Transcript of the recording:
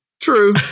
True